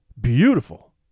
Beautiful